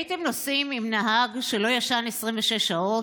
הייתם נוסעים עם נהג שלא ישן 26 שעות?